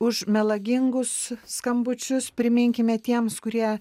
už melagingus skambučius priminkime tiems kurie